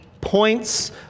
points